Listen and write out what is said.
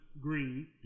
green